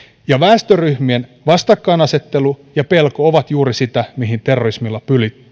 ja väestöryhmien vastakkainasettelu ja pelko ovat juuri sitä mihin terrorismilla